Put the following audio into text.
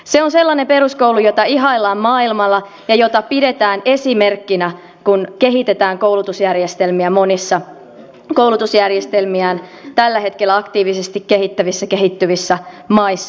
se on sellainen peruskoulu jota ihaillaan maailmalla ja jota pidetään esimerkkinä kun kehitetään koulutusjärjestelmiä monissa koulutusjärjestelmiään tällä hetkellä aktiivisesti kehittävissä kehittyvissä maissa